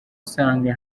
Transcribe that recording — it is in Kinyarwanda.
usanga